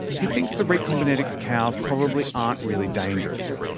he thinks the recombinetics cows probably aren't really dangerous.